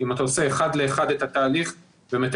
אם אתה עושה אחד לאחד את התהליך,